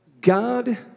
God